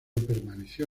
permaneció